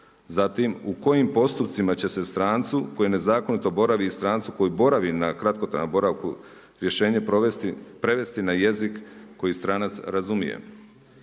Zatim u kojim postupcima će se strancu koji nezakonito boravi i strancu koji boravi na kratkotrajnom boravku rješenje prevesti na jezik koji stranac razumije.